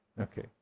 Okay